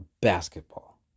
basketball